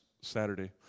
Saturday